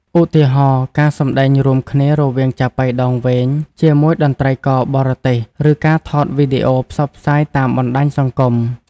ឧទាហរណ៍ ការសម្តែងរួមគ្នារវាងចាបុីដងវែង ជាមួយតន្ត្រីករបរទេស ឬការថតវីដេអូផ្សព្វផ្សាយតាមបណ្តាញសង្គម។